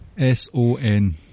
S-O-N